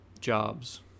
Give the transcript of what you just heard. jobs